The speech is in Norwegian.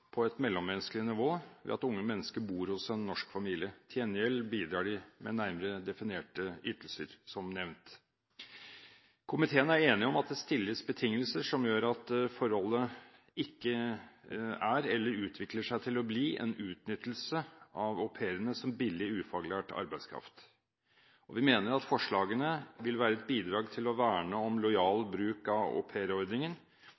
på et mellommenneskelig nivå, ved at unge mennesker bor hos en norsk familie. Til gjengjeld bidrar au pairen med nærmere definerte ytelser, som nevnt. Komiteen er enig om at det stilles betingelser som gjør at forholdet ikke er, eller utvikler seg til å bli, en utnyttelse av au pairene som billig, ufaglært arbeidskraft, og vi mener at forslagene vil være et bidrag til å verne om